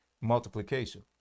multiplication